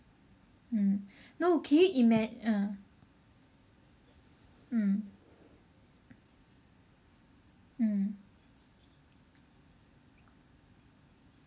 mm no can you ima~ uh mm mm